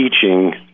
teaching